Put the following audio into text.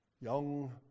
Young